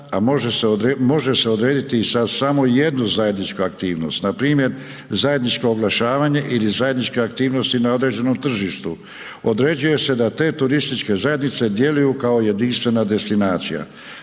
a može se odrediti sa samo jednu zajedničku aktivnost npr. zajedničko oglašavanje ili zajedničke aktivnosti na određenom tržištu. Određuje se da te turističke zajednice djeluju kao jedinstvene destinacija.